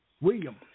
William